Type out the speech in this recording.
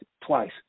twice